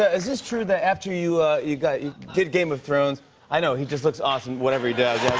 is this true that, after you you got you did game of thrones i know he just looks awesome whatever he